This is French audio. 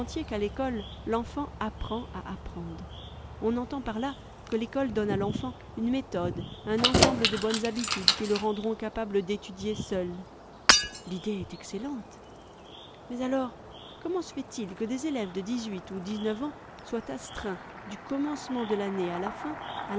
qu'à l'école l'enfant apprend a apprendre on entend par là que l'école donne à l'enfant une méthode un ensemble de bonnes habitudes qui le rendront capable d'étudier seul l'idée est excellente mais alors comment se fait-il que des élèves de dix-huit ou de dixneuf ans soient astreints du commencement de l'année à la fin